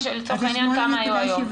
לצורך העניין כמה היו היום?